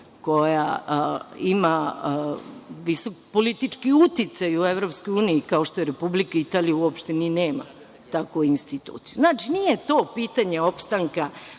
koja ima visok politički uticaj u EU, kao što je Republika Italija, uopšte nema takvu instituciju. Znači, nije to pitanje opstanka